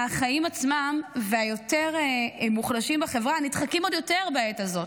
החיים עצמם והיותר-מוחלשים בחברה נדחקים עוד יותר בעת הזאת,